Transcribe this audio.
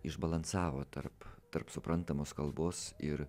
išbalansavo tarp tarp suprantamos kalbos ir